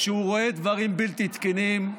כשהוא רואה דברים בלתי תקינים,